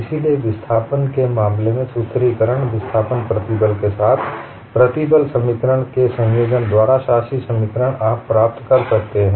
इसलिए विस्थापन के मामले में सूत्रीकरण विस्थापन प्रतिबल के साथ प्रतिबल समीकरण के संयोजन द्वारा शासी समीकरण आप प्राप्त कर सकते हैं